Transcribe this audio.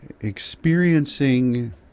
experiencing